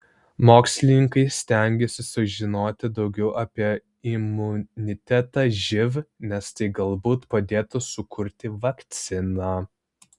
mokslininkai stengiasi sužinoti daugiau apie imunitetą živ nes tai galbūt padėtų sukurti vakciną